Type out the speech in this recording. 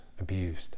abused